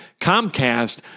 Comcast